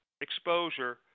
Exposure